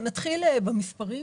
נתחיל במספרים.